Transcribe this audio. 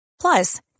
Plus